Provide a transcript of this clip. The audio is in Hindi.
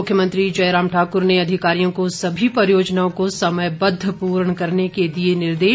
मुख्यमंत्री जयराम ठाकुर ने अधिकारियों को सभी परियोजनाओं को समयबद्ध पूर्ण करने के दिए निर्देश